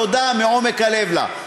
תודה מעומק הלב לה.